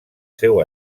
seu